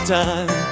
time